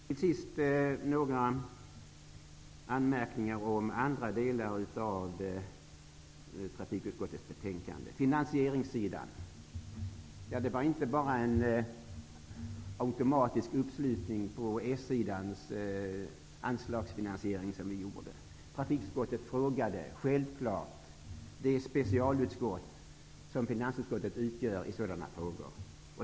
Till sist några anmärkningar om en annan del av trafikutskottets betänkande, den som gäller finansieringen. Det var inte bara en automatisk uppslutning kring s-sidans anslagsfinansiering som vi gjorde. Trafikutskottet frågade självklart det specialutskott som finansutskottet utgör i sådana frågor.